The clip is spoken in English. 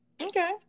Okay